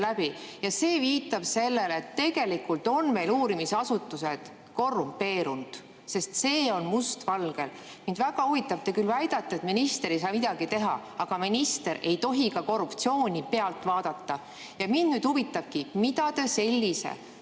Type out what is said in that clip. läbi. Ja see viitab sellele, et tegelikult on meil uurimisasutused korrumpeerunud, sest see on must valgel. Mind väga huvitab … Te küll väidate, et minister ei saa midagi teha, aga minister ei tohi ka korruptsiooni pealt vaadata. Ja mind nüüd huvitabki, mida te sellise